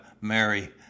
Mary